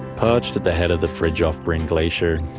perched at the head of the fridtjovbrren glacier,